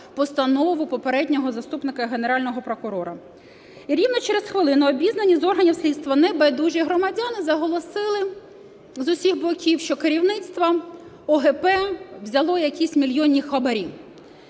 постанову попереднього заступника Генерального прокурора. І рівно через хвилину обізнані з органів слідства небайдужі громадяни заголосили з усіх боків, що керівництво ОГП взяло якісь мільйонні хабарі.